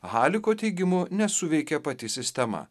haliko teigimu nesuveikė pati sistema